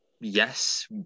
yes